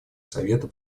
совета